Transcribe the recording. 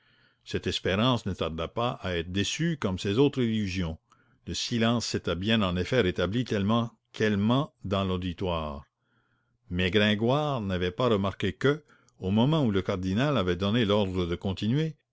cette espérance ne tarda pas à être déçue comme ses autres illusions le silence s'était bien en effet rétabli tellement quellement dans l'auditoire mais gringoire n'avait pas remarqué que au moment où le cardinal avait donné l'ordre de continuer